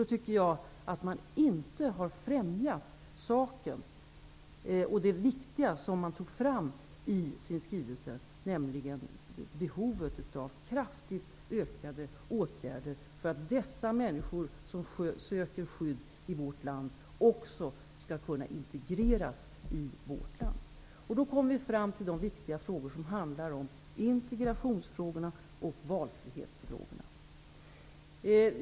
Då tycker jag att man inte har främjat saken och det viktiga som togs fram i skrivelsen, nämligen behovet av kraftigt ökade insatser för att de människor som söker skydd i vårt land också skall kunna integreras i vårt land. Då kommer vi fram till de viktiga frågor som handlar om integration och valfrihet.